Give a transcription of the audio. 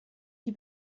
die